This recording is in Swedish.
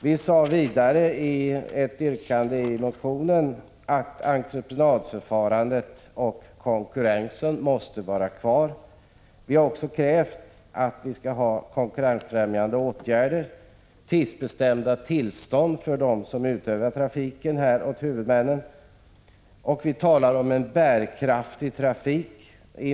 Vi säger vidare i ett yrkande i motionen att entreprenadförfarandet och konkurrensen måste finnas kvar. Vi har också krävt konkurrensfrämjande åtgärder och tidsbestämda tillstånd för dem som utövar trafik åt huvudmännen. Vi talar i motionen om en bärkraftig trafik.